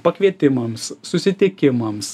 pakvietimams susitikimams